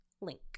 Link